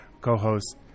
co-host